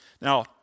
Now